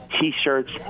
T-shirts